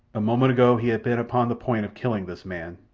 a moment ago he had been upon the point of killing this man.